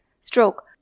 stroke